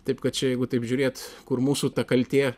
taip kad čia jeigu taip žiūrėt kur mūsų ta kaltė